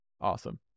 Awesome